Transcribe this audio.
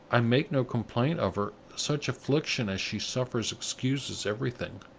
i make no complaint of her such affliction as she suffers excuses everything.